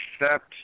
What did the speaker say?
accept